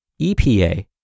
EPA